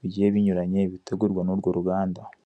bigiye binyuranye bitegurwa n'urwo ruganda.